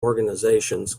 organizations